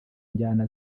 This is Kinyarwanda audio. njyana